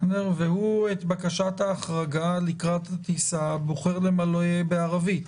ואת בקשת ההחרגה לקראת הטיסה הוא בוחר למלא בערבית.